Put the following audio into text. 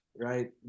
right